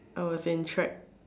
I was in track